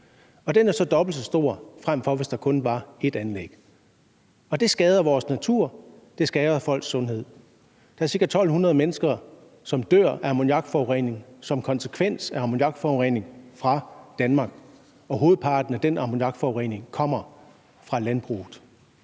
og den er så dobbelt så stor, frem for hvis der kun var ét anlæg. Det skader vores natur, og det skader folks sundhed. Der er ca. 1.200 mennesker, som dør af ammoniakforurening og som konsekvens af ammoniakforurening fra Danmark, og hovedparten af den ammoniakforurening kommer fra landbruget,